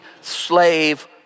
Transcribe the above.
slave